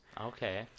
Okay